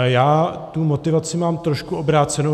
Já tu motivaci mám trošku obrácenou.